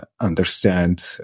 understand